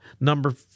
Number